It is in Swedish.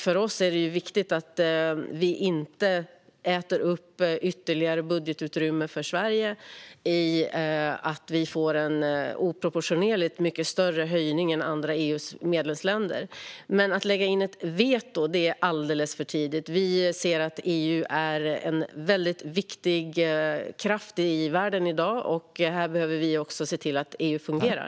För oss är det viktigt att vi inte äter upp ytterligare budgetutrymme för Sverige genom att vi får en oproportionerligt mycket större höjning än andra medlemsländer. Men det är alldeles för tidigt att lägga in ett veto. EU är en väldigt viktig kraft i världen i dag. Vi behöver se till att EU fungerar.